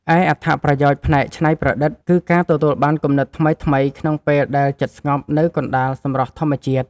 ឯអត្ថប្រយោជន៍ផ្នែកច្នៃប្រឌិត គឺការទទួលបានគំនិតថ្មីៗក្នុងពេលដែលចិត្តស្ងប់នៅកណ្ដាលសម្រស់ធម្មជាតិ។